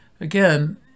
Again